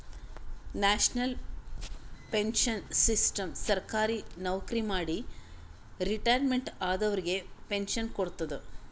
national pension system ಸರ್ಕಾರಿ ನವಕ್ರಿ ಮಾಡಿ ರಿಟೈರ್ಮೆಂಟ್ ಆದವರಿಗ್ ಪೆನ್ಶನ್ ಕೊಡ್ತದ್